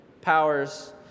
powers